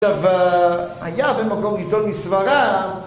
עכשיו היה הרבה מקום לטעון מסברה